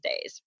days